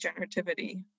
generativity